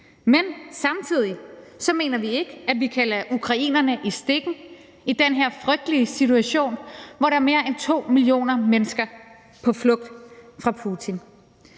Men samtidig mener vi ikke, at vi kan lade ukrainerne i stikken i den her frygtelige situation, hvor der er mere end 2 millioner mennesker på flugt fra Putin.